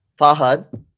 Fahad